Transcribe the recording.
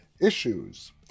issues